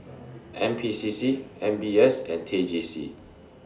N P C C M B S and T J C